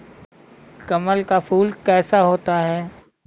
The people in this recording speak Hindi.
कमल का फूल कैसा होता है?